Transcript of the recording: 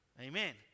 Amen